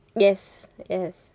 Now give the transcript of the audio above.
yes yes